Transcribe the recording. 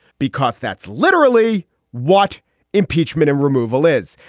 because that's literally what impeachment and removal is.